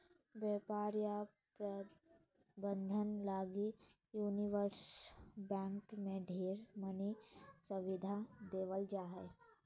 व्यापार या प्रबन्धन लगी यूनिवर्सल बैंक मे ढेर मनी सुविधा देवल जा हय